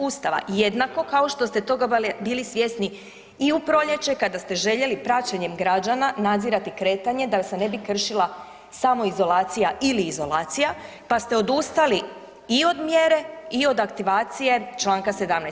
Ustava jednako kao što ste toga bili svjesni i u proljeće kada ste željeli praćenjem građana nadzirati kretanje da se ne bi kršila samoizolacija ili izolacija, pa ste odustali i od mjere i od aktivacije članka 17.